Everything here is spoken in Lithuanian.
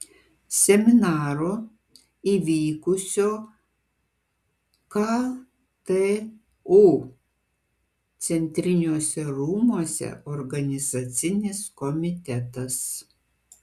seminaro įvykusio ktu centriniuose rūmuose organizacinis komitetas